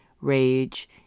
rage